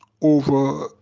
over